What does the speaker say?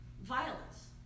violence